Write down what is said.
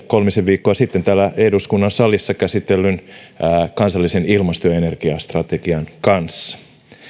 kolme viikkoa sitten täällä eduskunnan salissa käsitellyn kansallisen ilmasto ja energiastrategian kanssa